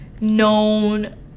known